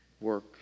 work